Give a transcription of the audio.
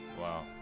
wow